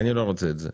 את זה.